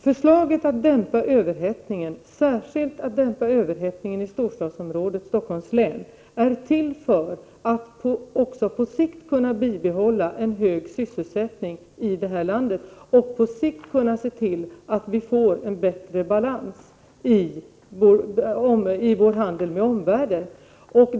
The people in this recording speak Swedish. Förslaget att dämpa överhettningen, särskilt att dämpa överhettningen i storstadsområdet Stockholms län, är till för att också på sikt kunna bibehålla en hög sysselsättning i landet och se till att vi på sikt kan få en bättre balans i vår handel med omvärlden.